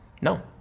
No